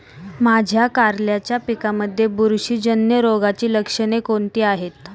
माझ्या कारल्याच्या पिकामध्ये बुरशीजन्य रोगाची लक्षणे कोणती आहेत?